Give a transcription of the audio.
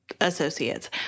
associates